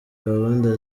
gahunda